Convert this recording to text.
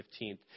15th